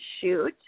shoot